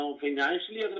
financially